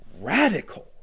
radical